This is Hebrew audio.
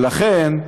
לכן,